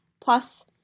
Plus